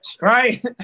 right